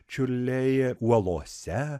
čiurliai uolose